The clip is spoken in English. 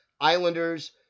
Islanders